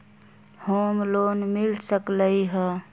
Home loan मिल सकलइ ह?